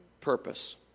purpose